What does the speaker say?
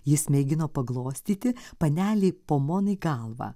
jis mėgino paglostyti panelei pomonai galvą